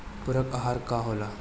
पुरक अहार का होला?